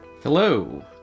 Hello